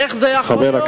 איך זה יכול להיות?